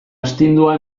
astindua